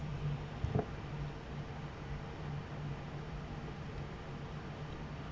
mm